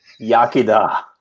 Yakida